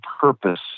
purpose